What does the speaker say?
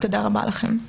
תודה רבה לכם.